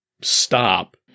stop